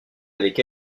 avec